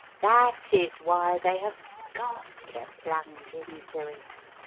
that is why they have got to plunge into it.